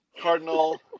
Cardinal